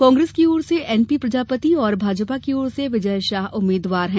कांग्रेस की ओर से एनपी प्रजापति और भाजपा की ओर से विजय शाह उम्मीदवार हैं